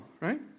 right